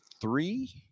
three